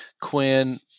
Quinn